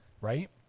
right